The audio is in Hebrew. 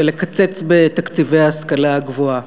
ולקצץ בתקציבי ההשכלה הגבוהה.